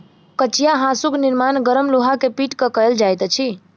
कचिया हाँसूक निर्माण गरम लोहा के पीट क कयल जाइत अछि